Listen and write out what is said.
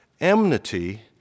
enmity